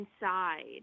inside